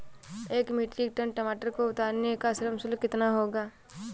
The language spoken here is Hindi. एक मीट्रिक टन टमाटर को उतारने का श्रम शुल्क कितना होगा?